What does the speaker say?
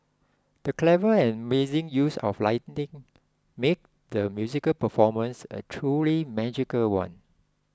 the clever and amazing use of lighting made the musical performance a truly magical one